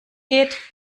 geht